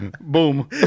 Boom